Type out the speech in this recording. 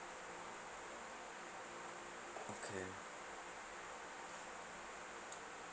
okay